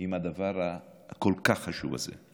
עם הדבר הכל-כך חשוב הזה.